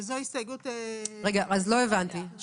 הצבעה לא אושרה.